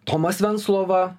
tomas venclova